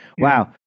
Wow